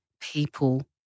people